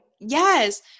Yes